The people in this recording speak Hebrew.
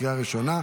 לקריאה ראשונה.